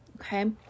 okay